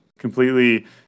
Completely